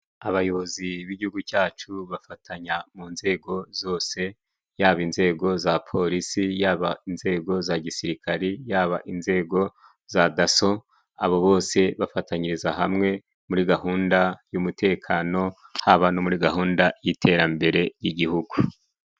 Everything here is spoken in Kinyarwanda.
Abayobozi b'igihugu cyacu bafatanya mu nzego zose yaba inzego za polisi, yaba inzego za gisirikare, yaba inzego za daso abo bose bafatanyiriza hamwe muri gahunda y'umutekano haba no muri gahunda y'iterambere ry'igihugu.